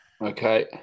Okay